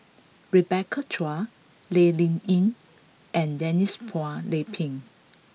Rebecca Chua Lee Ling Yen and Denise Phua Lay Peng